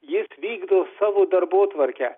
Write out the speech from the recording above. jis vykdo savo darbotvarkę